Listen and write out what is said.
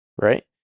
Right